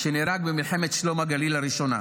שנהרג במלחמת שלום הגליל הראשונה.